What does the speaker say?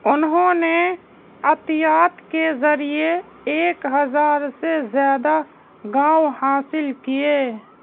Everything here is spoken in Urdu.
انہوں نے عطیات کے ذریعے ایک ہزار سے زیادہ گاؤں حاصل کیے